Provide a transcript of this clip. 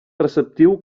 preceptiu